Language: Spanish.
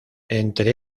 entre